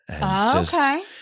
Okay